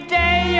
day